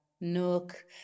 Nook